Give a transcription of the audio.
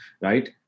right